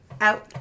out